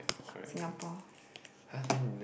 Singapore